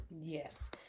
Yes